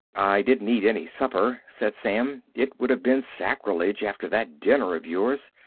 didn't eat any supper, said sam. it would have been sacrilege, after that dinner of yours.